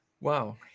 Wow